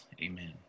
Amen